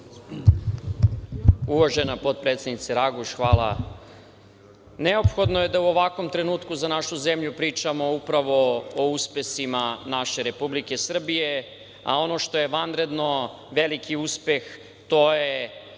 Uvažena potpredsednice Raguš, hvala. Neophodno je da u ovakvom trenutku za našu zemlju pričamo upravo u uspesima naše Republike Srbije, a ono što je vanredno veliki uspeh to je